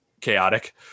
chaotic